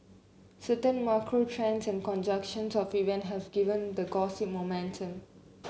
certain macro trends and conjunction of event have given the gossip momentum